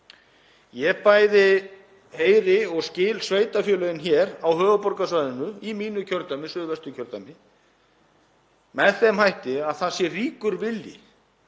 Ég bæði heyri og skil sveitarfélögin hér á höfuðborgarsvæðinu í mínu kjördæmi, Suðvesturkjördæmi, með þeim hætti að það sé ríkur vilji